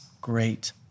great